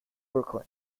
brooklyn